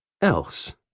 Else